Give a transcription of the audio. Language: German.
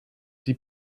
die